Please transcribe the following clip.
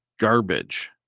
Garbage